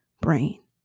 brain